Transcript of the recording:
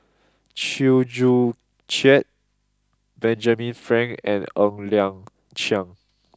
Chew Joo Chiat Benjamin Frank and Ng Liang Chiang